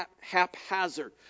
haphazard